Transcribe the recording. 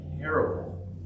terrible